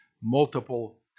multiple